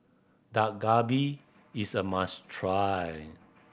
Dak Galbi is a must try